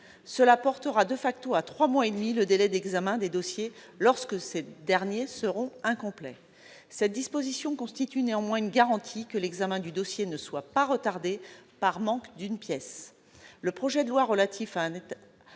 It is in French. Cela portera à trois mois et demi le délai d'examen des dossiers lorsque ces derniers sont incomplets. Cette disposition constitue néanmoins une garantie que l'examen du dossier ne sera pas retardé par manque d'une pièce. Le projet de loi pour un État